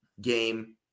game